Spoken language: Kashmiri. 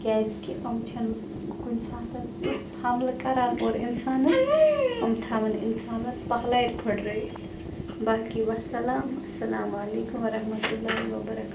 کیٛازِکہِ یِم چھِنہٕ کُنہِ ساتَن ایُژھ حملہٕ کران اورٕ اِنسانَس یِم تھاوَن اِنسانَس پَہلَرِ پھٕٹرٲیِتھ باقٕے وَسلام السلامُ علیکُم وَ رحمتُہ للہ وَ بَرَ کاتُہہ